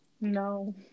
No